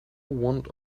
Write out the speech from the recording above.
want